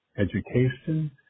education